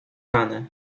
ranę